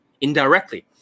indirectly